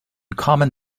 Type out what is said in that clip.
common